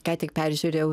ką tik peržiūrėjau